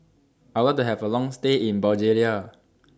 I Would like to Have A Long stay in Bulgaria